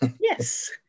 Yes